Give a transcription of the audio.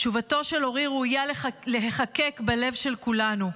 תשובתו של אורי ראויה להיחקק בלב של כולנו: